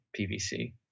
PVC